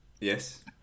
Yes